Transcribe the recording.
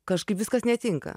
kažkaip viskas netinka